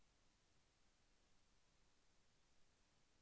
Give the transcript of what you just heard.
వాతావరణంలో మార్పులకు కారణాలు ఏమిటి?